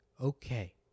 okay